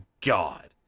god